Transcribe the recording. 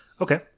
Okay